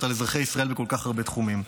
על אזרחי ישראל בכל כך הרבה תחומים.